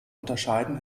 unterscheiden